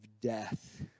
death